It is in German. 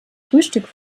frühstück